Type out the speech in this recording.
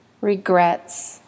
regrets